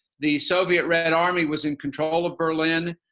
the soviet red army was in control of berlin.